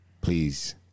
please